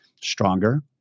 stronger